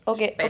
Okay